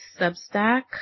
Substack